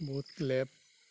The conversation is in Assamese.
বহুত লেব